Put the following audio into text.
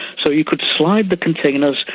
so you could slide the containers,